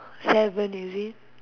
seven is it